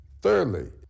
Thirdly